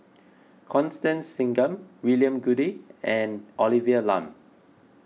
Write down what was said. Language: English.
Constance Singam William Goode and Olivia Lum